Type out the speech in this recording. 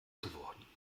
geworden